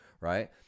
right